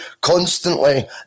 constantly